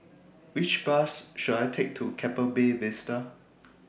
Which Bus should I Take to Keppel Bay Vista